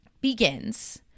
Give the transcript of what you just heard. begins